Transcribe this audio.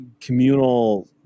communal